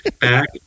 Back